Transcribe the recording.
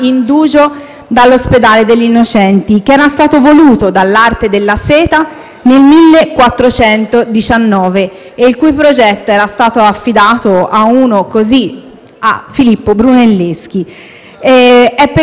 nel 1419 e il cui progetto era stato affidato a Filippo Brunelleschi. È per questo motivo, per festeggiare i 600 anni di questo istituto